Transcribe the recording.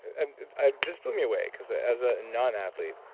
and ah this blew me away because ah as a non-athlete,